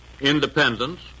independence